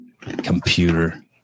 Computer